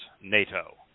nato